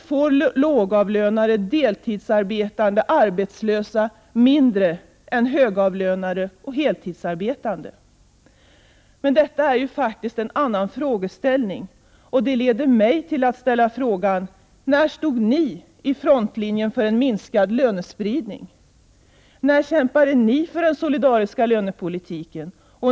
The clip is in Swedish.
Lågavlönade, deltidsarbetande och arbetslösa får därför mindre ersättning än högavlönade och heltidsarbetande. Men detta är en annan frågeställning, och det leder mig till att fråga: När stod ni i frontlinjen för en minskad lönespridning? När kämpade ni för den solidariska lönepolitiken?